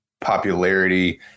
popularity